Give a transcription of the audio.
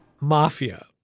Mafia